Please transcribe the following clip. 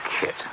Kit